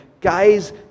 guys